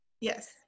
Yes